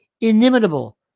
inimitable